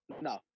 No